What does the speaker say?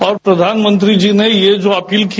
अब प्रधानमंत्री जी ने ये जो अपील किया